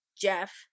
Jeff